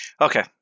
Okay